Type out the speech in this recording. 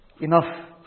enough